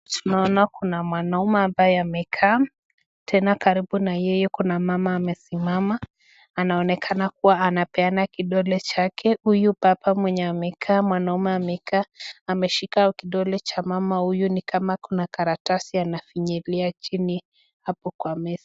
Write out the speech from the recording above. Tunaona kuna mwanaume ambaye amekaa, tena karibu na yeye kuna mama amesimama, anaonekana kuwa anapeana kidole chake, huyu baba mwenye amekaa mwanaume amekaa ameshika kidole cha mama huyu ni kama kuna karatasi anafinyilia chini hapo kwa meza.